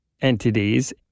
entities